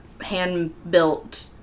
hand-built